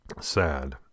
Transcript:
Sad